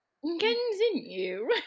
continue